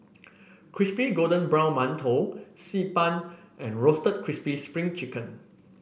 Crispy Golden Brown Mantou Xi Ban and Roasted Crispy Spring Chicken